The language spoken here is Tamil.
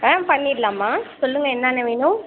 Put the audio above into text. ஆ பண்ணிடலாம்மா சொல்லுங்க என்னென்ன வேணும்